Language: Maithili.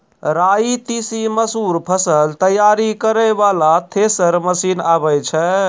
राई तीसी मसूर फसल तैयारी करै वाला थेसर मसीन आबै छै?